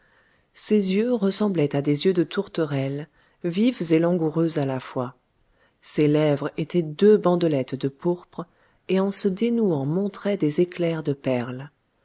ses yeux ressemblaient à des yeux de tourterelle vifs et langoureux à la fois ses lèvres étaient deux bandelettes de pourpre et en se dénouant montraient des éclairs de perles